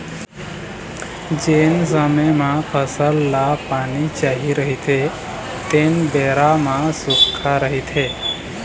जेन समे म फसल ल पानी चाही रहिथे तेन बेरा म सुक्खा रहिथे